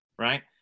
right